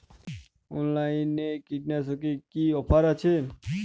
অনলাইনে কীটনাশকে কি অফার আছে?